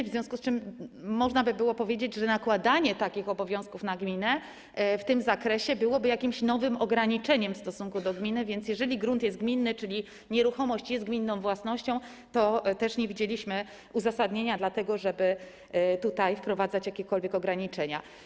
W związku z tym można by było powiedzieć, że nakładanie takich obowiązków na gminę w tym zakresie byłoby jakimś nowym ograniczeniem w stosunku do gminy, więc jeżeli grunt jest gminny, czyli nieruchomość jest gminną własnością, to nie widzieliśmy uzasadnienia dla tego, żeby tutaj wprowadzać jakiekolwiek ograniczenia.